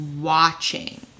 watching